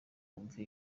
wumve